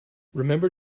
remember